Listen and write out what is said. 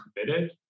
committed